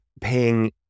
paying